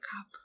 up